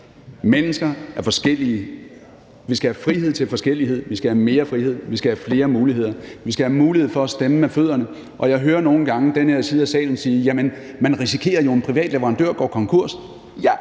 Mennesker er forskellige. Vi skal have frihed til forskellighed. Vi skal have mere frihed. Vi skal have flere muligheder. Vi skal have mulighed for at stemme med fødderne. Jeg hører nogle gange den her side af salen sige, at man jo risikerer, at en privat leverandør går konkurs.